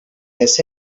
this